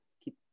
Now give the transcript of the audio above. keep